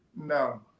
No